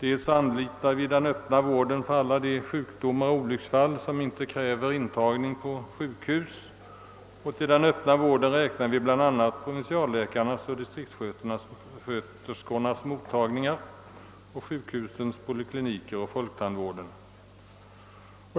dels anlitar vi den öppna vården för alla de sjukdomar och olycksfall som inte kräver intagning på sjukhus. Till den öppna vården räknar vi bl.a. provinsialläkarnas och distriktssköterskornas mottagningar och sjukhusens polikliniker och folktandvården.